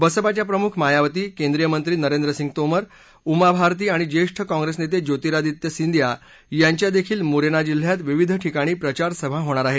बसपाच्या प्रमुख मायावती केंद्रीय मंत्री नरेंद्र सिंग तोमर उमा भारती आणि ज्येष्ठ काँग्रेस नेते ज्योतिरादित्य सिंदिया यांच्या देखील मुरेना जिल्ह्यात विविध ठिकाणी प्रचारसभा होणार आहेत